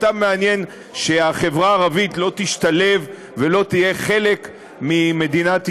אותם מעניין שהחברה הערבית לא תשתלב ולא תהיה חלק ממדינת ישראל.